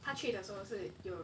他去的时候是有